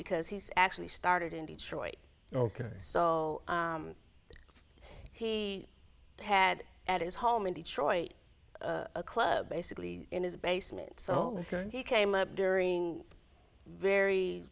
because he's actually started in detroit ok so he had at his home in detroit a club basically in his basement so he came up during very